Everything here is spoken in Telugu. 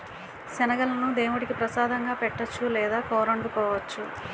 శనగలను దేముడికి ప్రసాదంగా పెట్టొచ్చు లేదా కూరొండుకోవచ్చు